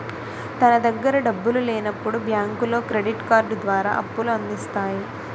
తన దగ్గర డబ్బులు లేనప్పుడు బ్యాంకులో క్రెడిట్ కార్డు ద్వారా అప్పుల అందిస్తాయి